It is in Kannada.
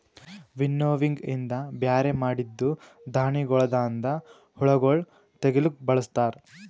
ವಿನ್ನೋವಿಂಗ್ ಇಂದ ಬ್ಯಾರೆ ಮಾಡಿದ್ದೂ ಧಾಣಿಗೊಳದಾಂದ ಹುಳಗೊಳ್ ತೆಗಿಲುಕ್ ಬಳಸ್ತಾರ್